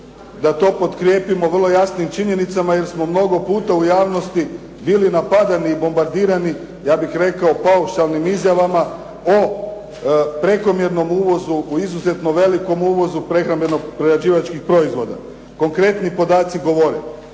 Da to potkrijepimo vrlo jasnim činjenicama, jer smo mnogo puta u javnosti bili napadani i bombardirani ja bih rekao paušalnim izjavama o prekomjernom uvozu o izuzetnom velikom bili napadani i bombardirani, ja bih